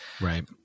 right